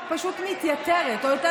בשקלים יותר.